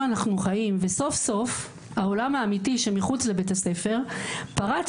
אנחנו חיים וסוף סוף העולם האמיתי שמחוץ לבית הספר פרץ